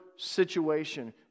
situation